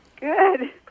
Good